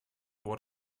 what